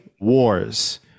Wars